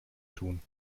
tun